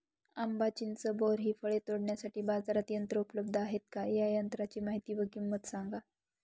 आंबा, चिंच, बोर हि फळे तोडण्यासाठी बाजारात यंत्र उपलब्ध आहेत का? या यंत्रांची माहिती व किंमत सांगा?